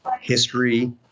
history